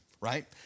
right